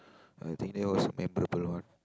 I think that was a memorable one